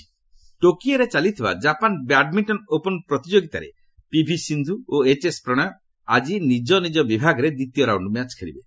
Japan open badminton ଟୋକିଓରେ ଚାଲିଥିବା Japan badminton open ପ୍ରତିଯୋଗିତାରେ ପିଭି ସିନ୍ଧୁ ଓ ଏଚ୍ଏସ୍ ପ୍ରଣୟ ଆଜି ନିଜନିଜ ବିଭାଗରେ ଦ୍ୱିତୀୟ ରାଉଣ୍ଡ୍ ମ୍ୟାଚ୍ ଖେଳିବେ